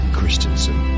Christensen